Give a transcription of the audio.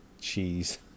Cheese